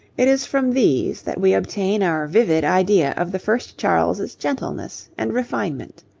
it is from these that we obtain our vivid idea of the first charles's gentleness and refinement.